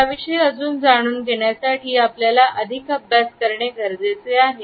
याविषयी अजून जाणून घेण्यासाठी आपल्याला अधिक अभ्यास करणे गरजेचे आहे